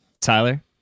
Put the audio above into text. Tyler